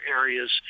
areas